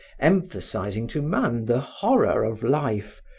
emphasizing to man the horror of life,